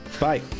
bye